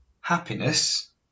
Happiness